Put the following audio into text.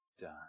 done